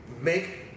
make